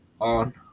on